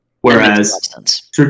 Whereas